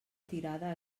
tirada